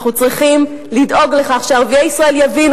אנחנו צריכים לדאוג לכך שערביי ישראל יבינו